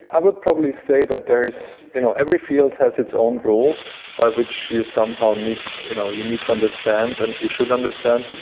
i would probably say that there is you know every field has its own rules, by which you somehow need you know you need to understand and you should understand,